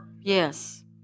Yes